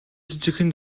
жижигхэн